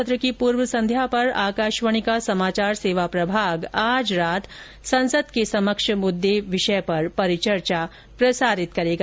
सत्र की पूर्व संध्या पर आकाशवाणी का समाचार सेवा प्रभाग आज रात संसद के समक्ष मुद्दे विषय पर परिचर्चा प्रसारित करेगा